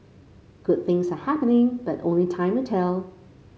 good things are happening but only time will tell